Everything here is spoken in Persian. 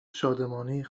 شادمانی